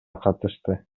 катышты